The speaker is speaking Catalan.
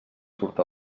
surt